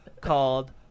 called